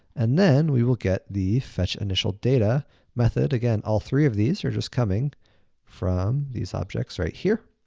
and then we will get the fetchinitialdata method. again, all three of these are just coming from these objects right here.